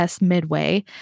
Midway